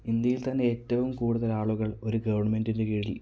ഇന്ത്യയിൽ തന്നെ ഏറ്റവും കൂടുതൽ ആളുകൾ ഒരു ഗവൺമെന്റിൻ്റെ കീഴിൽ